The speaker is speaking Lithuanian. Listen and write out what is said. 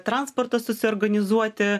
transportą susiorganizuoti